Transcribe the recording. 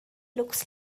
looks